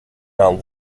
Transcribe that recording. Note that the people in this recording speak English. now